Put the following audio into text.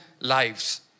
lives